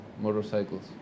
motorcycles